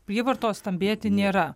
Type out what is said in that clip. prievartos stambėti nėra